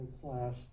slash